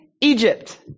Egypt